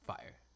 Fire